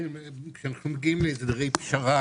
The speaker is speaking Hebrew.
--- כאשר אנחנו מגיעים להסדרי פשרה,